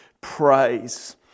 praise